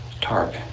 tarp